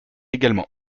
également